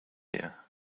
here